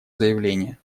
заявление